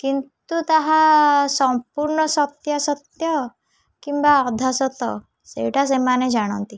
କିନ୍ତୁ ତାହା ସମ୍ପୂର୍ଣ୍ଣ ସତ୍ୟାସତ୍ୟ କିମ୍ବା ଅଧା ସତ ସେଇଟା ସେମାନେ ଜାଣନ୍ତି